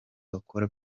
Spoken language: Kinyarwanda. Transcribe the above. bakora